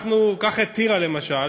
קח את טירה, למשל.